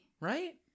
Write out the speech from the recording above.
Right